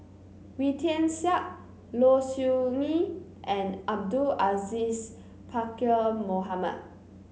Wee Tian Siak Low Siew Nghee and Abdul Aziz Pakkeer Mohamed